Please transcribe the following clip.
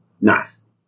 Nice